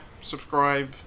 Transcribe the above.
subscribe